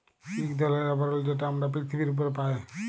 ইক ধরলের আবরল যেট আমরা পিরথিবীর উপরে পায়